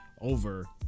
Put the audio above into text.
over